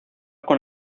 con